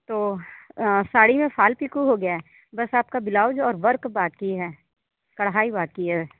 तो साड़ी में फ़ाल पीको हो गया है बस आपका बिलाउज और वर्क बाकी है कढ़ाई बाकी है